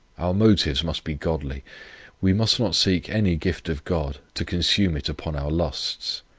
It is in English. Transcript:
our motives must be godly we must not seek any gift of god to consume it upon our lusts.